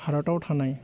भारत दाव थानाय